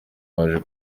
waje